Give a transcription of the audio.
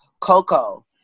Coco